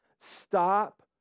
Stop